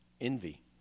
envy